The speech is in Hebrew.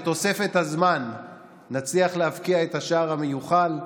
בתוספת הזמן נצליח להבקיע את השער המיוחל,